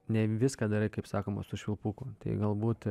ne viską darai kaip sakoma su švilpuku tai galbūt